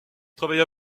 travailla